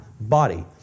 body